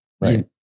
Right